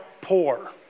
poor